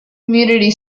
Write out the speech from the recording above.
community